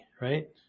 right